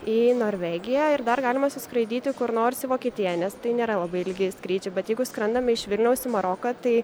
į norvegiją ir dar galima suskraidyti kur nors į vokietiją nes tai nėra labai ilgi skrydžiai bet jeigu skrendame iš vilniaus į maroką tai